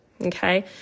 Okay